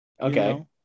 Okay